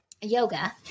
yoga